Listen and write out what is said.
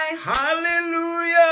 Hallelujah